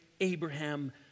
Abraham